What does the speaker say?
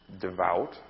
devout